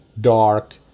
dark